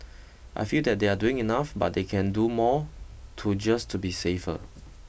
I feel that they are doing enough but they can do more to just to be safer